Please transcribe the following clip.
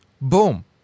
boom